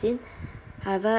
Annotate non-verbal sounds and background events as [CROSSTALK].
scene [BREATH] however